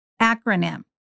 acronym